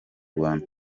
rwanda